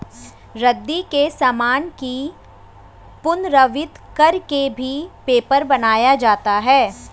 रद्दी के सामान की पुनरावृति कर के भी पेपर बनाया जाता है